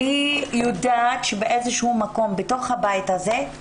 והיא יודעת שבאיזה שהוא מקום בתוך הבית הזה,